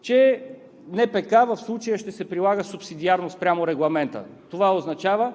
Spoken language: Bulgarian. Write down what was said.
че НПК в случая ще се прилага субсидиарно спрямо Регламента. Това означава,